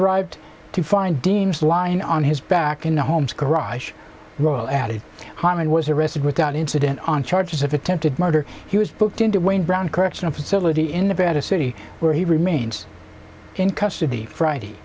arrived to find dean's lying on his back in holmes kharaj role added hamann was arrested without incident on charges of attempted murder he was booked into wayne brown correctional facility in nevada city where he remains in custody friday